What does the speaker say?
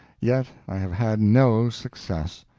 yet i have had no success.